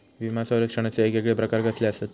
विमा सौरक्षणाचे येगयेगळे प्रकार कसले आसत?